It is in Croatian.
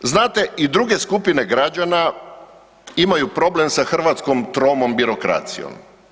Znate, i druge skupine građana imaju problem sa hrvatskom tromom birokracijom.